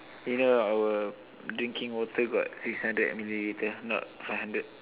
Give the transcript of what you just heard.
you know our drinking water got six hundred millilitres not five hundred